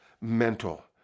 mental